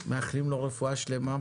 אנחנו מאחלים לו רפואה שלמה.